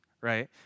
Right